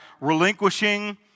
relinquishing